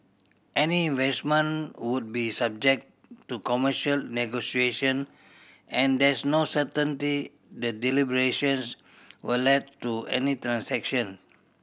any investment would be subject to commercial negotiation and there's no certainty the deliberations will le d to any transaction